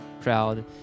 proud